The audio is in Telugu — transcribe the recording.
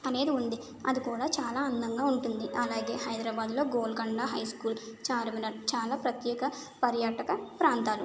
అనేది ఉంది అది కూడా చాలా అందంగా ఉంటుంది అలాగే హైదరాబాద్లో గోల్కొండ హై స్కూల్ చార్మినార్ చాలా ప్రత్యేక పర్యాటక ప్రాంతాలు